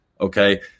Okay